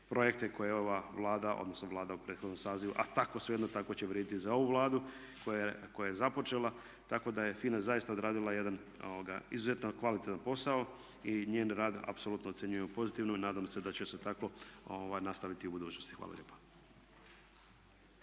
projekte koje je ova Vlada odnosno Vlada u prethodnom sazivu, a tako svejedno, tako će vrijediti i za ovu Vladu, koja je započela. Tako da je FINA zaista odradila jedan izuzetno kvalitetan posao i njen rad apsolutno ocjenjujemo pozitivno i nadam se da će se tako nastaviti i u budućnosti. Hvala lijepa.